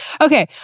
Okay